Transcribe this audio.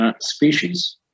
Species